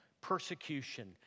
persecution